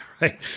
right